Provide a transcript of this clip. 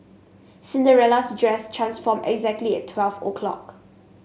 Cinderella's dress transformed exactly at twelve O clock